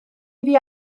iddi